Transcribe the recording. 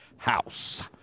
house